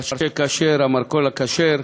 "היפר כשר" המרכול הכשר,